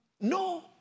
No